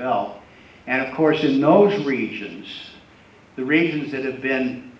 belt and of course a notion regions the regions that have been